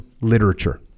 literature